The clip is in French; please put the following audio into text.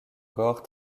gore